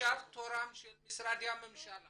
עכשיו תורם של משרדי הממשלה